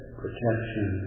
protection